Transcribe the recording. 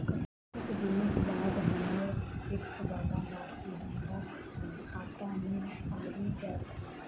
कत्तेक दिनक बाद हम्मर फिक्स वला राशि हमरा खाता मे आबि जैत?